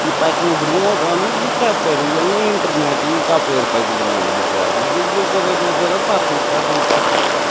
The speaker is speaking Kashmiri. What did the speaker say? یہِ پَکہِ نہٕ برٛونٛٹھ اہن حظ یہِ کَپٲرۍ ییٚلہٕ نہٕ اِنٹَرنیٚٹٕے یہِ کَپٲرۍ پَکہِ برٛونٛٹھ بِچارٕ یہِ گژھہِ دۄہ کھۄتہٕ دۄہ دۄہ کھۄتہٕ دۄہ پَتھٕے پَتھٕے پَتھٕے